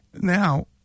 now